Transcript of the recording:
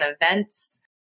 events